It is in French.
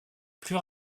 plus